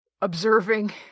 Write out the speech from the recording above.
observing